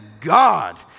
God